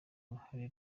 uruhare